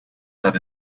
had